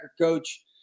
coach